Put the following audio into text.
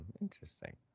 interesting